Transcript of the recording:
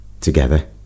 together